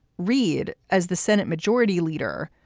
reid as the senate majority leader,